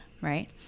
Right